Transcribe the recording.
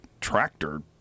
tractor